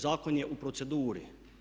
Zakon je u proceduri.